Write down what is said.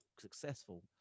successful